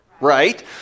right